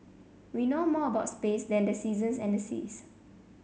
we know more about space than the seasons and the seas